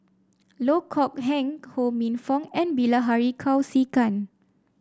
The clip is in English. Loh Kok Heng Ho Minfong and Bilahari Kausikan